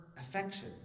affection